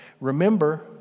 Remember